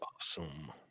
Awesome